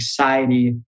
anxiety